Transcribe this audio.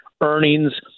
Earnings